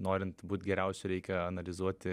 norint būt geriausiu reikia analizuoti